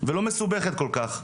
ולא מסובכת כל כך.